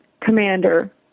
commander